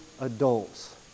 adults